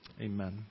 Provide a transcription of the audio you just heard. Amen